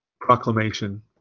proclamation